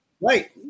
Right